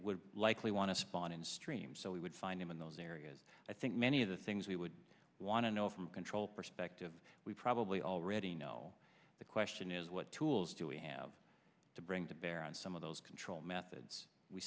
would likely want to spawn in streams so we would find them in those areas i think many of the things we would want to know from control perspective we probably already know the question is what tools do we have to bring to bear on some of those control methods we